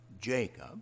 Jacob